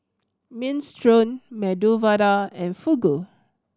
Minestrone Medu Vada and Fugu